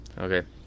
Okay